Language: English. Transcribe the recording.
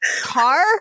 car